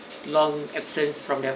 long absence from their